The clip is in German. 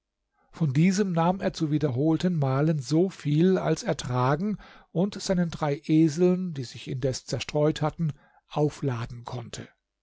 von diesem nahm er zu wiederholten malen so viel als er tragen und seinen drei eseln die sich indes zerstreut hatten aufladen konnte